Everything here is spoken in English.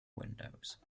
windows